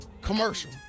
Commercial